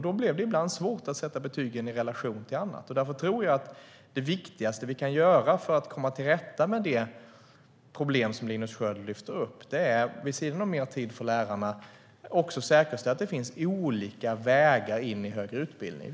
Då blir det ibland svårt att sätta betyg i relation till annat. Därför tror jag att det viktigaste som vi kan göra för att komma till rätta med det problem som Linus Sköld lyfter fram är att, vid sidan av mer tid för lärarna, också säkerställa att det finns olika vägar in i högre utbildning.